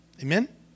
Amen